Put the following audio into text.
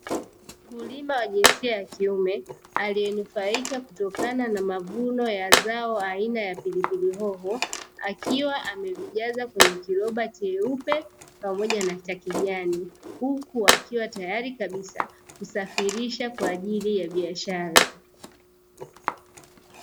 Mkulima wa jinsia ya kiume, alienufaika kutokana na mavuno ya zao aina ya pilipili hoho, akiwa amevijaza kwenye kiroba cheupe pamoja na cha kijani, Huku akiwa tayari kabisa kusafirisha kwa ajili ya biashara.